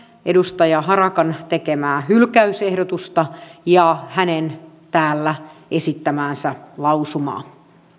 edustaja harakan tekemää hylkäysehdotusta ja hänen täällä esittämäänsä lausumaa